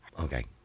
Okay